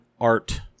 art